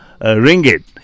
ringgit